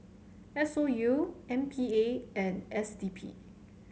S O U M P A and S D P